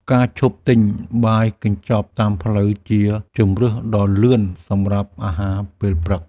ការឈប់ទិញបាយកញ្ចប់តាមផ្លូវជាជម្រើសដ៏លឿនសម្រាប់អាហារពេលព្រឹក។